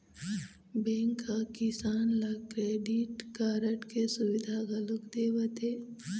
bank ह किसान ल क्रेडिट कारड के सुबिधा घलोक देवत हे